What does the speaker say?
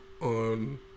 on